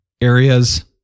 areas